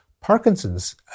Parkinson's